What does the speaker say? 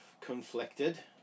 conflicted